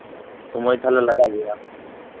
ᱥᱚᱢᱚᱭ ᱛᱟᱦᱚᱞᱮ ᱞᱟᱜᱟᱜ ᱜᱮᱭᱟ